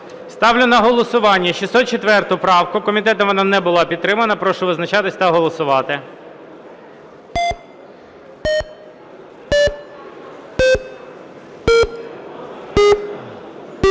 Ставлю на голосування 604 правку. Комітетом вона не була підтримана. Прошу визначатися та голосувати.